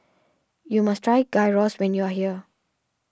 you must try Gyros when you're here